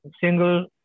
single